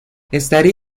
estaría